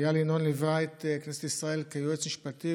איל ינון ליווה את כנסת ישראל כיועץ משפטי,